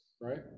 right